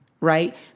right